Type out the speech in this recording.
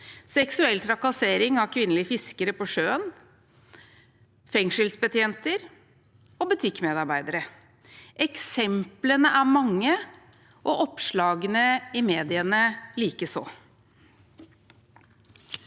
seksuell trakassering av kvinnelige fiskere på sjøen, fengselsbetjenter og butikkmedarbeidere. Eksemplene er mange og oppslagene i mediene likeså.